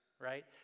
right